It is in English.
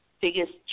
biggest